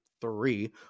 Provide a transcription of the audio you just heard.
three